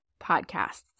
podcasts